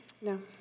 No